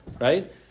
right